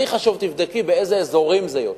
והכי חשוב, תבדקי באיזה אזורים זה יוצא,